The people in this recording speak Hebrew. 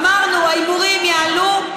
אמרנו: ההימורים יעלו,